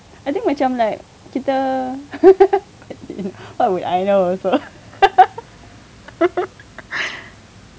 I think macam like entah what would what would I know also